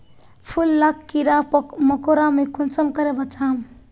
फूल लाक कीड़ा मकोड़ा से कुंसम करे बचाम?